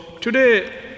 today